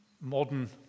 Modern